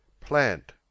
plant